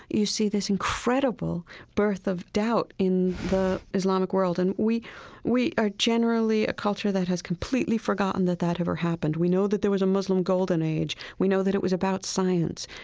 you see this incredible birth of doubt in the islamic world. and we we are generally a culture that has completely forgotten that that ever happened. we know that there was a muslim golden age. we know that it was about science.